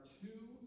two